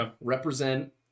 represent